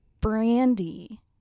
Brandy